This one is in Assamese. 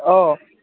অঁ